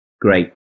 great